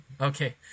okay